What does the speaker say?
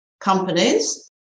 companies